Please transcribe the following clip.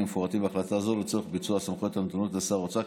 המפורטים בהחלטה הזאת לצורך ביצוע הסמכויות הנתונות לשר האוצר,